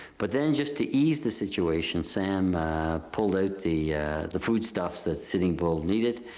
but then just to ease the situation, sam pulled out the the food stuffs that sitting bull needed,